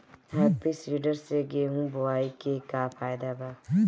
Happy seeder से गेहूं बोआई के का फायदा बा?